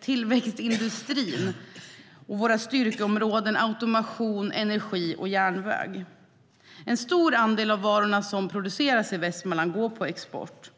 tillverkningsindustrin och styrkeområdena automation, energi och järnväg. En stor andel av varorna som produceras i Västmanland går på export.